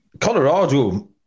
Colorado